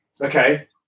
Okay